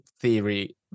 theory